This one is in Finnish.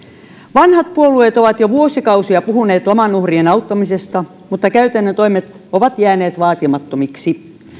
vanhat puolueet ovat jo vuosikausia puhuneet laman uhrien auttamisesta mutta käytännön toimet ovat jääneet vaatimattomiksi